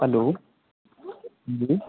hello हंजी